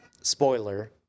Spoiler